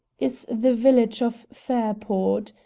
is the village of fairport.